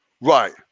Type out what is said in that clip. Right